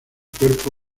cuerpo